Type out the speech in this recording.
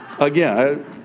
Again